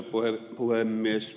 arvoisa puhemies